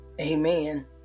Amen